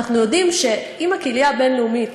כשאנחנו יודעים שאם הקהילה הבין-לאומית